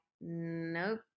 nope